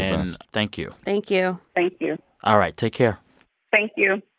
thank you thank you thank you all right, take care thank you